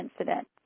incident